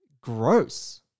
gross